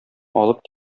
алып